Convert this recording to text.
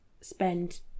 spend